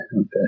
okay